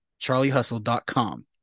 charliehustle.com